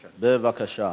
בבקשה.